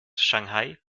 shanghai